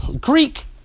Greek